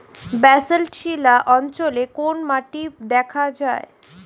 Basalt শিলা অঞ্চলে কোন মাটি দেখা যায়?